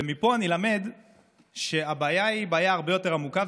ומפה אני למד שהבעיה היא בעיה הרבה יותר עמוקה,